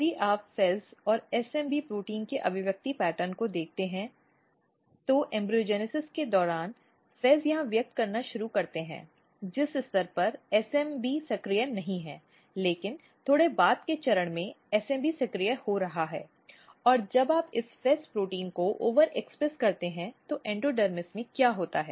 यदि आप FEZ और SMB प्रोटीन के अभिव्यक्ति पैटर्न को देखते हैं तो भ्रूणजनन के दौरान FEZ यहां व्यक्त करना शुरू करते हैं जिस स्तर पर SMB सक्रिय नहीं था लेकिन थोड़ा बाद में चरण SMB सक्रिय हो रहा है और जब आप इस FEZ प्रोटीन को ओवरएक्सप्रेस करते हैं तो एंडोडर्मिस में क्या होता है